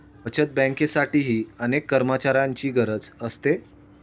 बचत बँकेसाठीही अनेक कर्मचाऱ्यांची गरज असते